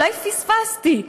אולי פספסתי,